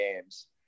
games